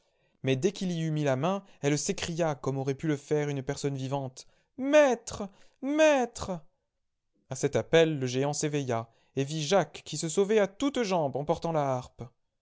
mais dès qu'il y eut mis la main elle s'écria comme aurait pu le faire une personne vivante maître maître a cet appel le géant s éveilla et vit jacques qui se sauvait à toutes jambes emportant la harpe